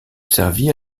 servi